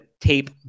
tape